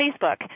Facebook